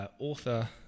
author